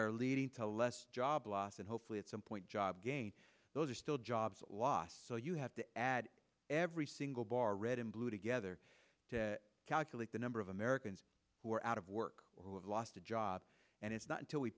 are leading to less job loss and hopefully at some point job gains those are still jobs lost so you have to add every single bar red and blue together to calculate the number of americans who are out of work who have lost a job and it's not until we